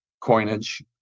coinage